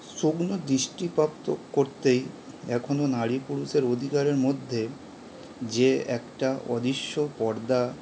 সোগ্ন দৃষ্টিপ্রাপ্ত করতেই এখনো নারী পুরুষের অধিকারের মধ্যে যে একটা অদৃশ্য পর্দা